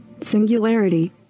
singularity